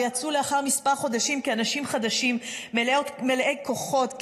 ויצאו לאחר כמה חודשים כאנשים חדשים מלאי כוחות,